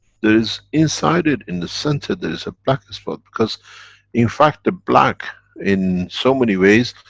there's, inside it, in the center, there is a black spot, because in fact, the black in so many ways,